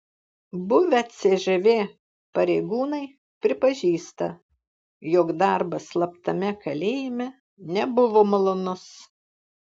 buvę cžv pareigūnai pripažįsta jog darbas slaptame kalėjime nebuvo malonus